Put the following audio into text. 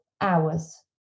hours